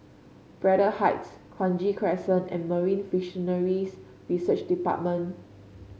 Braddell Heights Kranji Crescent and Marine Fisheries Research Department